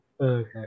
Okay